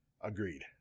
Agreed